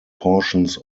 portions